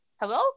Hello